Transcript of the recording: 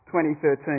2013